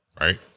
right